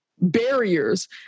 barriers